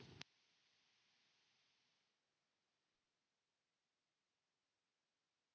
Kiitos.